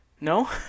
no